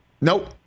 Nope